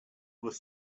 was